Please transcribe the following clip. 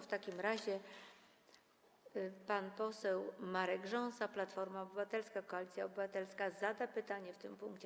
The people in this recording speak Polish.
W takim razie pan poseł Marek Rząsa, Platforma Obywatelska - Koalicja Obywatelska, zada pytanie w tym punkcie.